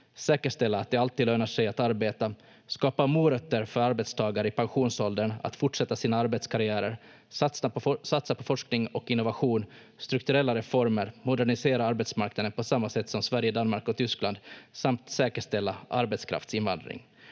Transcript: säkerställa att det alltid lönar sig att arbeta, skapa morötter för arbetstagare i pensionsåldern att fortsätta sina arbetskarriärer, satsa på forskning och innovation, strukturella reformer, modernisera arbetsmarknaden på samma sätt som Sverige, Danmark och Tyskland, samt säkerställa arbetskraftsinvandring.